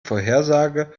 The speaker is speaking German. vorhersage